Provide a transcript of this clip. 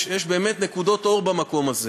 יש באמת נקודות אור במקום הזה.